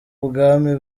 ubwami